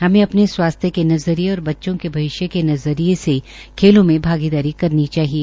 हमे अपने स्वास्थ्य के नज़रिये और बच्चों के भविष्य के नज़रिये से खेलों में भागीदारी करनी चाहिए